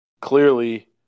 clearly –